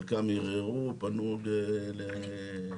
חלקם ערערו ופנו לערכאות.